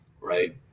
Right